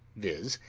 viz,